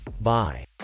Bye